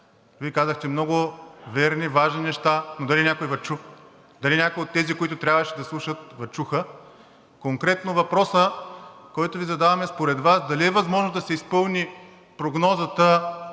Вие казахте много верни, важни неща, но дали някой Ви чу. Дали някой от тези, които трябваше да слушат, Ви чуха? Конкретно въпросът, който Ви задавам, е: според Вас дали е възможно да се изпълни прогнозата